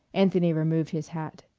anthony removed his hat.